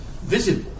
visible